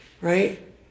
right